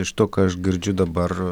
iš to ką aš girdžiu dabar